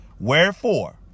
Wherefore